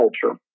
culture